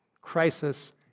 crisis